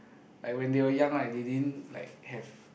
like when they were young right they didn't like have